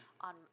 on